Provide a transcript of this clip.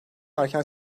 erken